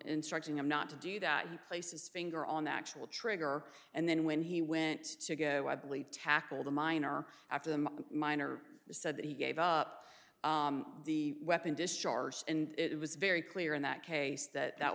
instructing him not to do that places finger on the actual trigger and then when he went to go i believe tackled the minor after the minor said that he gave up the weapon discharged and it was very clear in that case that